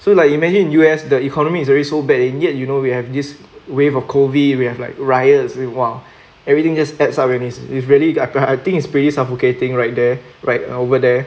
so like you imagine in U_S the economy is already so bad and yet you know we have this wave of COVID we have like riots we !wah! everything just adds up already is really I think it's pretty suffocating right there right over there